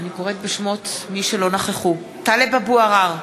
(קוראת בשמות חברי הכנסת) טלב אבו עראר,